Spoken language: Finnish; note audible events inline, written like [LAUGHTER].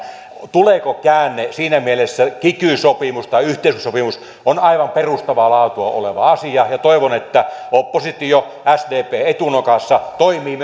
tuleeko käänne siinä mielessä kiky sopimus yhteiskuntasopimus on aivan perustavaa laatua oleva asia ja toivon että oppositio sdp etunokassa toimii [UNINTELLIGIBLE]